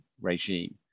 regime